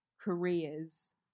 careers